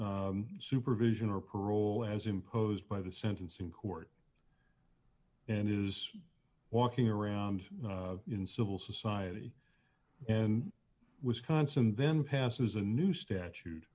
supervision or parole as imposed by the sentencing court and is walking around in civil society and wisconsin then passes a new statute